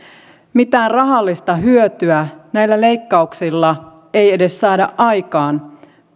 mitään rahallista hyötyä näillä leikkauksilla ei edes saada aikaan